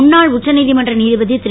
முன்னாள் உச்ச நீதிமன்ற நீதிபதி திரு